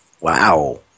wow